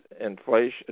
inflation